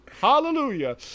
hallelujah